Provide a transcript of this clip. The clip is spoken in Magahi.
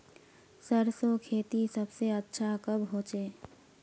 सरसों खेती सबसे अच्छा कब होचे?